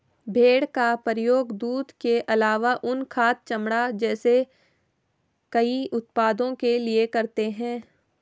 भेड़ का प्रयोग दूध के आलावा ऊन, खाद, चमड़ा जैसे कई उत्पादों के लिए करते है